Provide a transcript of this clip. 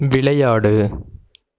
விளையாடு